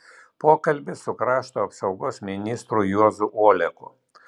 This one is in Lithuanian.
pokalbis su krašto apsaugos ministru juozu oleku